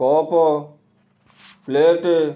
cup plate